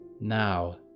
Now